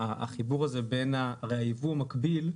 הרי היבוא המקביל,